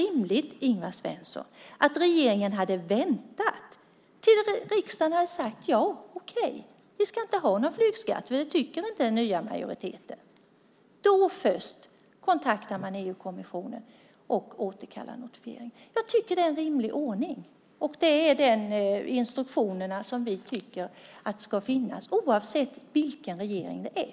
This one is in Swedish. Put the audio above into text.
Hade det inte varit rimligt att regeringen hade väntat tills riksdagen med den nya majoriteten hade sagt ja till att inte ha flygskatt? Först då skulle man ha kontaktat EU-kommissionen och återkallat notifieringen. Jag tycker att det är en rimlig ordning. Det är de instruktioner som vi tycker ska finnas oavsett vilken regering det är.